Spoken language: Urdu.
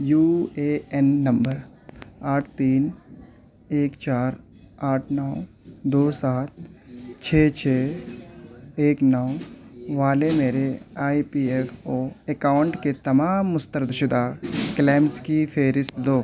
یو اے این نمبر آٹھ تین ایک چار آٹھ نو دو سات چھ چھ ایک نو والے میرے I P F O account کے تمام مسترد شدہ کلیمز کی فہرست دو